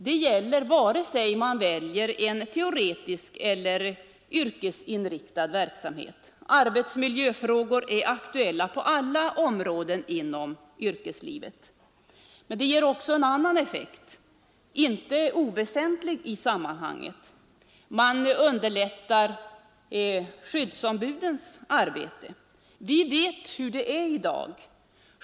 Detta gäller oavsett om de väljer en teoretisk eller en yrkesinriktad verksamhet. Arbetsmiljöfrågor är aktuella på alla områden inom yrkeslivet. Sådan träning ger också en annan effekt, som inte är oväsentlig i sammanhanget, nämligen att man underlättar skyddsombudens arbete. Vi vet hur det är i dag.